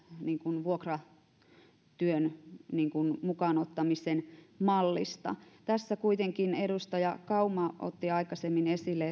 vuokratyön mukaan ottamisen mallista tässä kuitenkin edustaja kauma otti aikaisemmin esille